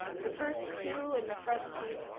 the first two, in the front seat,